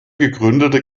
gegründete